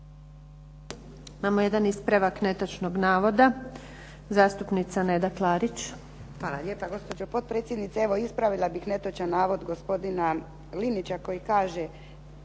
Imamo jedan ispravak netočnog navoda. Zastupnica Neda Klarić.